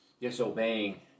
disobeying